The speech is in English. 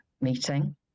meeting